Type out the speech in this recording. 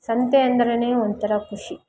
ಸಂತೆ ಅಂದ್ರೆ ಒಂಥರ ಖುಷಿ